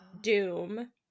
Doom